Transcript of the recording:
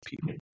people